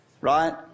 right